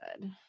good